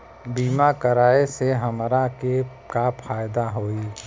बीमा कराए से हमरा के का फायदा होई?